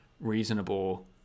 reasonable